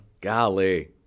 Golly